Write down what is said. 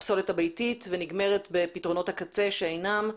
בפסולת הביתית ונגמרת בפתרונות הקצה שאינם.